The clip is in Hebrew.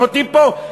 שותים פה,